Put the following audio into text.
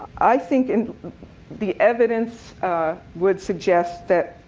i think and the evidence would suggest that